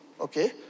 okay